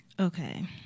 Okay